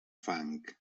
fang